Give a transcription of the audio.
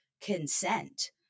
consent